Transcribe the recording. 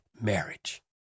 marriage